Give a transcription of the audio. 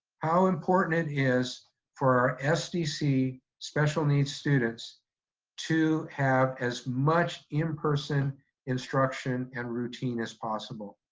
how important it is for our sdc special needs students to have as much in-person instruction and routine as possible.